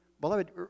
beloved